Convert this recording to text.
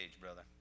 brother